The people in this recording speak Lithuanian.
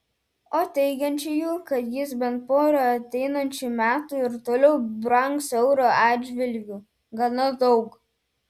o teigiančiųjų kad jis bent porą ateinančių metų ir toliau brangs euro atžvilgiu gana daug